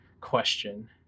question